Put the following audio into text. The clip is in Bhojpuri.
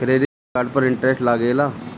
क्रेडिट कार्ड पर इंटरेस्ट लागेला?